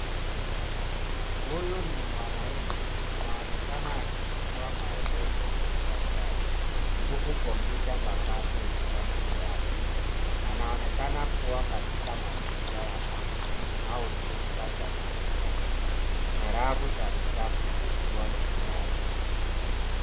Huyu ni mwanaume anaonekana akichukua maelezo kwenye daftari huku kompyuta mpakato ikiwa mbele yake. Anaonekana kuwa mazingira ya maktaba au chumba cha kusomea na rafu za vitabu zikiwa nyuma yake.